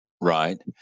Right